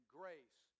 grace